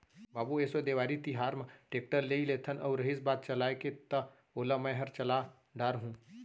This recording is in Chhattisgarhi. बाबू एसो देवारी तिहार म टेक्टर लेइ लेथन अउ रहिस बात चलाय के त ओला मैंहर चला डार हूँ